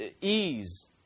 ease